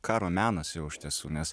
karo menas jau iš tiesų nes